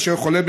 כאשר חולה,